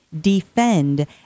defend